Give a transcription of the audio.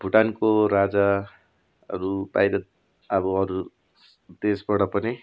भुटानको राजाहरू बाहिर अब अरू देशबाट पनि